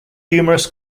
humorous